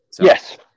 Yes